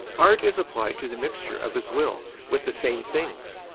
art is applied to the mixture of his will with the same things,